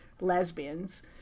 lesbians